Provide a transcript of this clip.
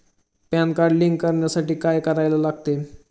Pan card link करण्यासाठी काय करायला लागते?